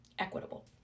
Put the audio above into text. equitable